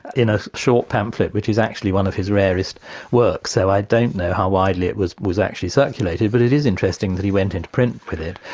in a short pamphlet which is actually one of his rarest works, so i don't know how widely it was was actually circulated, but it is interesting that he went into print with it,